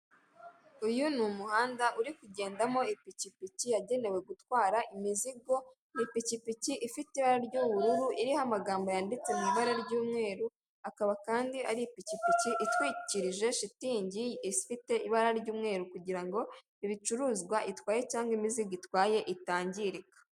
Uyu ni umuhanda uri kugendamo ipikipiki yagenewe gutwara imizigo, ni ipikipiki ifite ibara ry'ubururu iriho amagambo yanditse mu ibara ry'umweru, akaba kandi ari ipikipiki itwikirije shitingi ifite ibara ry'umweru kugirango ibicuruzwa itwaye cyangwa imizigago itwaye itangirika.